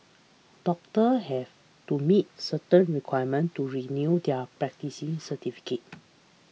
doctors have to meet certain requirements to renew their practising certificates